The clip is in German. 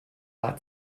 war